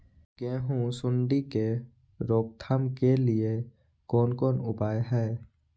गेहूँ सुंडी के रोकथाम के लिये कोन कोन उपाय हय?